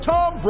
Tom